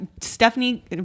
stephanie